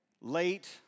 late